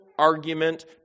argument